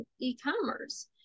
e-commerce